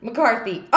McCarthy